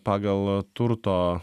pagal turto